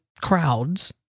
crowds